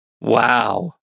Wow